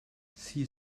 see